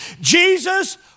Jesus